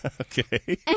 Okay